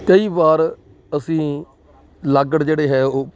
ਕਈ ਵਾਰ ਅਸੀਂ ਲਾਗੜ ਜਿਹੜੇ ਹੈ ਉਹ